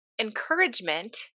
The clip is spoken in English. encouragement